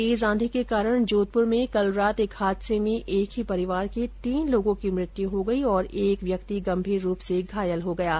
तेज आंधी के कारण जोधपुर में कल रात एक हादसे में एक ही परिवार के तीन लोगों की मृत्यु हो गई और एक व्यक्ति गंभीर रूप से घायल हो गया है